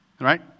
Right